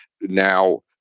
now